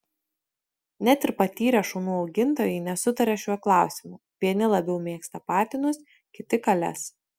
net ir patyrę šunų augintojai nesutaria šiuo klausimu vieni labiau mėgsta patinus kiti kales